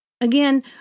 Again